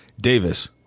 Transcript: Davis